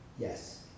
Yes